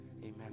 Amen